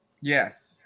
Yes